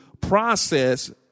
process